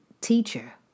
teacher